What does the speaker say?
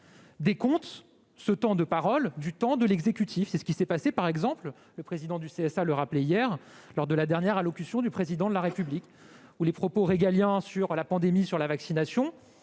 décompté du temps de parole de l'exécutif. C'est ce qui s'est passé, comme le président du CSA le rappelait hier, lors de la dernière allocution du Président de la République. Les propos sur la pandémie ou la vaccination